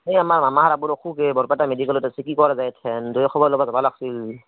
এই আমাৰ মামাৰ আবুৰ অসুখ হে বৰপেটা মেডিকেলত আছে কি কৰা যায় এথেন দুয়ো খবৰ ল'ব যাব লাগছিল